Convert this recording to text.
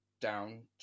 down